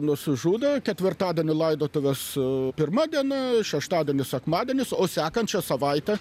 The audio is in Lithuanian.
nusižudė ketvirtadienį laidotuvės pirma diena šeštadienis sekmadienis o sekančią savaitę